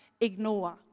ignore